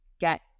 get